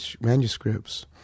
manuscripts